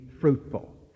fruitful